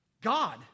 God